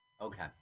Okay